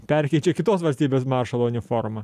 perkeičia kitos valstybės maršalo uniforma